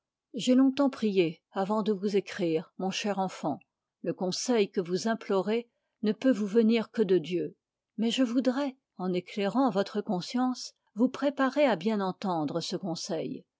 j'ai longtemps prié avant de vous écrire mon cher enfant le conseil que vous implorez ne peut vous venir que de dieu mais je voudrais en éclairant votre conscience vous préparer à bien entendre ce conseil